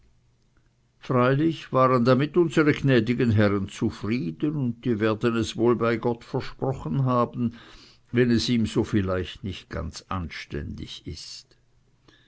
freilich waren damit unsere gnädigen herren zufrieden und die werden es wohl bei gott versprochen haben wenn es ihm so vielleicht nicht ganz anständig ist